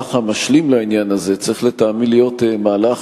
שהמהלך המשלים לעניין הזה צריך לטעמי להיות מהלך